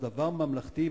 זה דבר ממלכתי.